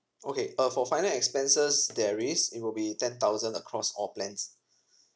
okay uh for finer expenses there is it will be ten thousand across all plans